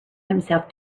himself